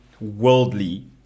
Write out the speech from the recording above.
worldly